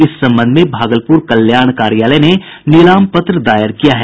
इस संबंध में भागलप्रर कल्याण कार्यालय ने नीलाम पत्र दायर किया है